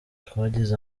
twagize